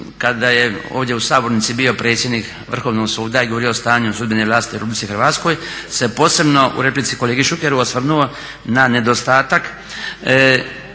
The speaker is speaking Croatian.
kada je ovdje u sabornici bio predsjednik Vrhovnog suda i govorio o stanju sudbene vlasti u Republici Hrvatskoj se posebno u replici kolegi Šukeru osvrnuo na nedostatak